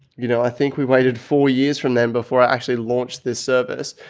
you know, i think we waited four years from them before i actually launched this service,